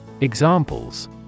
Examples